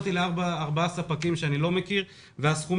התקשרתי לארבעה ספקים שאני לא מכיר והסכום